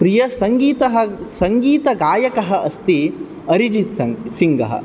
प्रियसङ्गीतः सङ्गीतगायकः अस्ति अरिजित् सिङ्गः